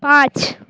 পাঁচ